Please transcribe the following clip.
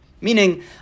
Meaning